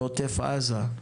בעוטף עזה,